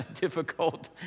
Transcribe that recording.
difficult